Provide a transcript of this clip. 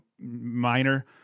minor